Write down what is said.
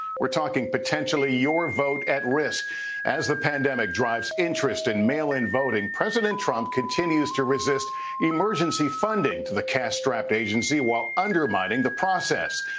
we're talking potentially your vote at risk as the pandemic drives interest in mail-in voting, president trump continues to resist emergency funding. the crash strapped agency while undermining the process.